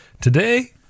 Today